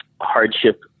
hardship